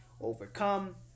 overcome